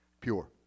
pure